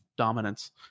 Dominance